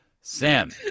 Sam